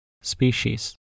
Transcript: species